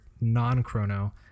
non-chrono